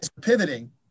pivoting